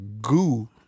goo